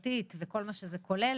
תרופתי וכל מה שזה כולל